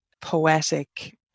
poetic